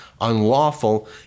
unlawful